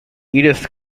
edith